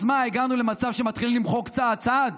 אז מה, הגענו למצב שמתחילים למחוק צעד-צעד